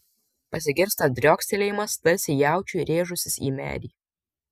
pasigirsta driokstelėjimas tarsi jaučiui rėžusis į medį